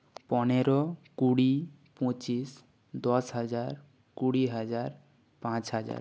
পনেরো কুড়ি পঁচিশ দশ হাজার কুড়ি হাজার পাঁচ হাজার